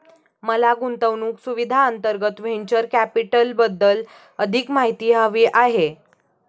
मला गुंतवणूक सुविधांअंतर्गत व्हेंचर कॅपिटलबद्दल अधिक माहिती हवी आहे